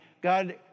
God